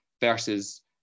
versus